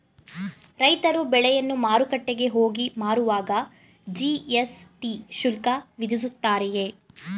ರೈತರು ಬೆಳೆಯನ್ನು ಮಾರುಕಟ್ಟೆಗೆ ಹೋಗಿ ಮಾರುವಾಗ ಜಿ.ಎಸ್.ಟಿ ಶುಲ್ಕ ವಿಧಿಸುತ್ತಾರೆಯೇ?